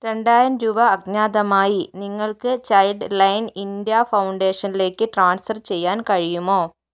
രണ്ടായിരം രൂപ അജ്ഞാതമായി നിങ്ങൾക്ക് ചൈൽഡ് ലൈൻ ഇന്ത്യ ഫൗണ്ടേഷനിലേക്ക് ട്രാൻസ്ഫർ ചെയ്യാൻ കഴിയുമോ